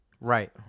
right